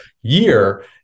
year